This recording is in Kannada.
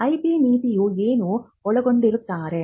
IP ನೀತಿಯು ಏನು ಒಳಗೊಂಡಿರುತ್ತದೆ